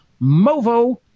movo